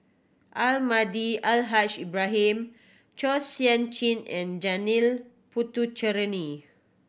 Almahdi Al Haj Ibrahim Chua Sian Chin and Janil Puthucheary